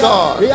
God